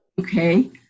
okay